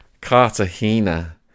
Cartagena